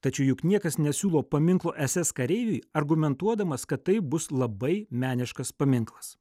tačiau juk niekas nesiūlo paminklo ss kareiviui argumentuodamas kad tai bus labai meniškas paminklas